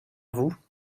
vous